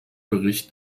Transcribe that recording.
bericht